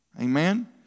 Amen